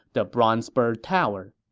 the bronze bird tower.